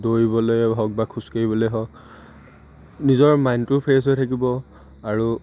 দৌৰিবলেই হওক বা খোজকাঢ়িবলেই হওক নিজৰ মাইণ্ডটো ফ্ৰেছ হৈ থাকিব আৰু